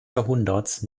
jahrhunderts